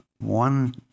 one